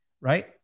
Right